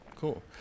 Cool